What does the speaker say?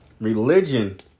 religion